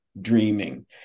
dreaming